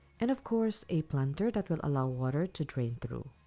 and of course a planter that will allow water to drain through.